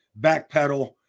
backpedal